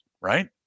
right